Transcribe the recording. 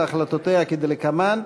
על החלטותיה כדלקמן.